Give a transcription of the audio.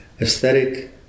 aesthetic